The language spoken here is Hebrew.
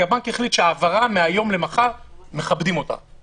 כי הבנק החליט שמכבדים העברה מהיום למחר.